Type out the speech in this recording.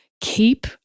Keep